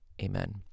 Amen